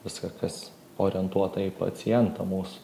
viską kas orientuota į pacientą mūsų